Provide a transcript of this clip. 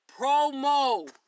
promo